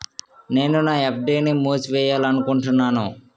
నేను నా ఎఫ్.డి ని మూసివేయాలనుకుంటున్నాను